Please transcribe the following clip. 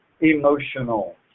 emotional